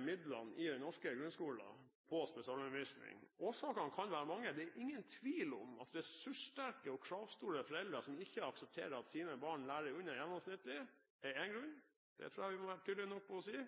midlene i den norske grunnskolen på spesialundervisning. Årsakene kan være mange. Det er ingen tvil om at ressurssterke og kravstore foreldre, som ikke aksepterer at deres barn lærer under det gjennomsnittlige, er én grunn. Det tror jeg vi må være tydelige nok på å si.